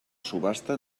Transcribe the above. subhasta